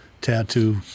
Tattoo